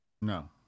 No